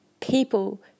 people